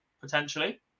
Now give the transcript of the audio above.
potentially